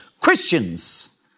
Christians